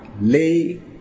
lay